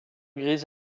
grise